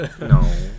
No